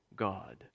God